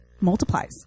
multiplies